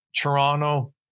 Toronto